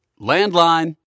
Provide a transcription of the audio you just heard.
Landline